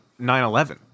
9-11